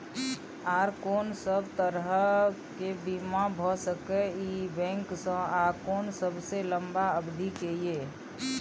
आर कोन सब तरह के बीमा भ सके इ बैंक स आ कोन सबसे लंबा अवधि के ये?